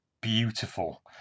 beautiful